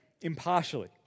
impartially